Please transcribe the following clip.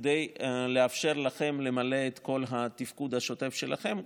כדי לאפשר לכם למלא את כל התפקוד השוטף שלכם,